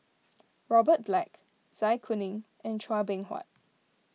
Robert Black Zai Kuning and Chua Beng Huat